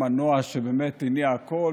מנוע שבאמת הניע הכול,